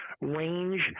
Range